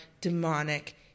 demonic